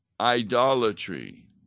Idolatry